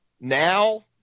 now